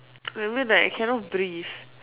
I mean like I cannot breathe